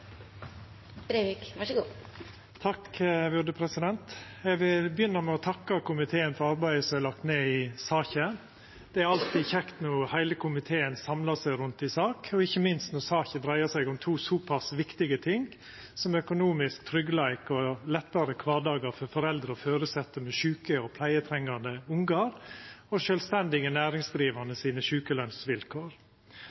lagt ned i saka. Det er alltid kjekt når heile komiteen samlar seg om ei sak, og ikkje minst når saka dreiar seg om to såpass viktige ting som økonomisk tryggleik og lettare kvardagar for foreldre og føresette med sjuke og pleietrengjande ungar, og